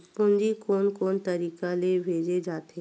पूंजी कोन कोन तरीका ले भेजे जाथे?